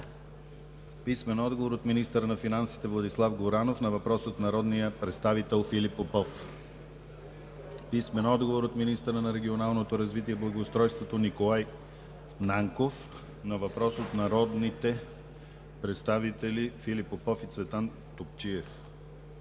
Писмени отговори от: - министъра на финансите Владислав Горанов на въпрос от народния представител Филип Попов; - министъра на регионалното развитие и благоустройството Николай Нанков на въпрос от народните представители Филип Попов и Цветан Топчиев;